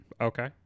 Okay